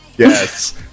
Yes